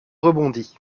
rebondit